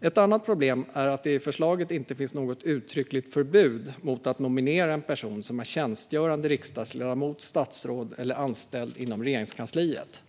Ett annat problem är att det i förslaget inte finns något uttryckligt förbud mot att nominera en person som är tjänstgörande riksdagsledamot, statsråd eller anställd inom Regeringskansliet.